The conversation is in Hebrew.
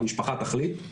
שהמשפחה תחליט.